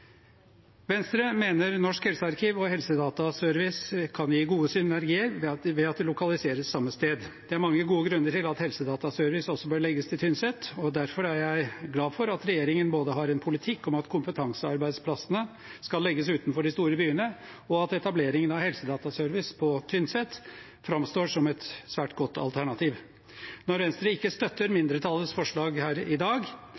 Venstre mener at Norsk helsearkiv og Helsedataservice kan gi gode synergier ved at de lokaliseres samme sted. Det er mange gode grunner til at Helsedataservice også bør legges til Tynset. Derfor er jeg glad for både at regjeringen har en politikk på at kompetansearbeidsplassene skal legges utenfor de store byene, og at etableringen av Helsedataservice på Tynset framstår som et svært godt alternativ. Når Venstre ikke støtter mindretallets forslag her i dag,